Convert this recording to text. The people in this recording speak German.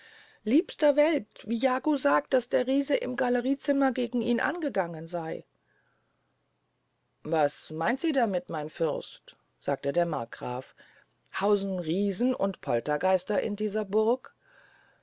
liebster welt wie jago sagt daß der riese im galleriezimmer gegen ihn angegangen sey was meynt sie damit mein fürst sagte der markgraf hausen riesen und poltergeister in dieser burg